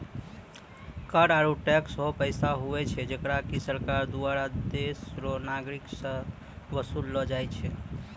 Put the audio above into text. कर आरू टैक्स हौ पैसा हुवै छै जेकरा की सरकार दुआरा देस रो नागरिक सं बसूल लो जाय छै